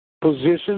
positions